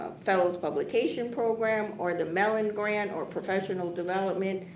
um fellows publication program or the mellon grant or professional development.